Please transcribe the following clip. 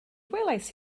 welaist